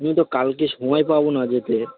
আমি তো কালকে সমায় পাবো না যেতে